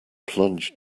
plunge